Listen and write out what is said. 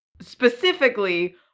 specifically